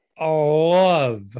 love